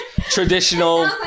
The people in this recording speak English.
traditional